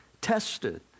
tested